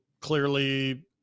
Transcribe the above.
clearly